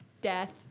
death